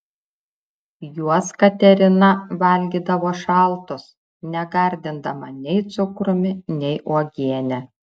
juos katerina valgydavo šaltus negardindama nei cukrumi nei uogiene